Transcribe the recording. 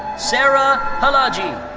sara palagyi.